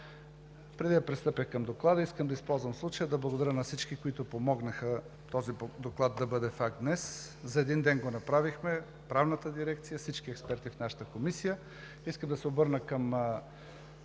Преди да пристъпя към Доклада, искам да използвам случая да благодаря на всички, които помогнаха този доклад да бъде факт днес. За един ден го направихме – Правната дирекция и всички експерти в нашата Комисия. Искам да се обърна към